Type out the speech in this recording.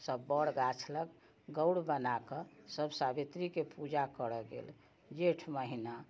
सब बड़ गाछ लग गौर बनाकऽ सब सावित्रीके पूजा करऽ गेल जेठ महिना